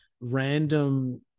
random